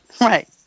right